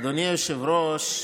אדוני היושב-ראש,